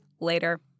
Later